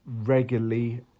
regularly